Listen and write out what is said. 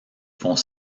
font